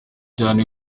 cyane